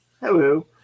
Hello